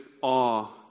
awe